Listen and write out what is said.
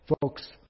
Folks